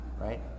right